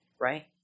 right